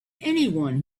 anyone